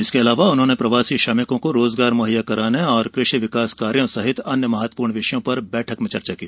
इसके अलावा उन्होंने प्रवासी श्रमिकों को रोज़गार मुहैया कराने एवं कृषि विकास कार्यों सहित अन्य महत्वपूर्ण विषयों पर बैठक में चर्चा की